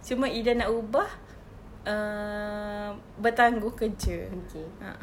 cuma ida nak ubah err bertangguh kerja a'ah